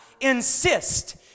insist